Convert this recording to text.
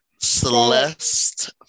Celeste